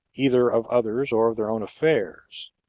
either of others or of their own affairs,